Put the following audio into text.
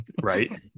Right